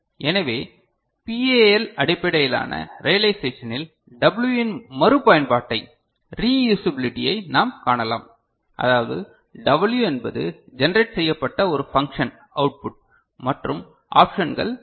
எனவே பிஏஎல் அடிப்படையிலான ரியளைசெஷனில் W இன் மறுபயன்பாட்டை ரீயுசபிளிட்டியை நாம் காணலாம் அதாவது W என்பது ஜெனரேட் செய்யப்பட்ட ஒரு பங்க்ஷன் அவுட்புட் மற்றும் ஆப்ஷன்கள் இருக்கின்றன